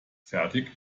fertig